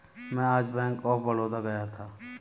मैं आज bank of Baroda गया था